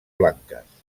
blanques